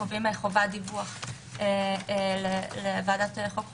נותנים חובת דיווח לוועדת החוקה,